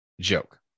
joke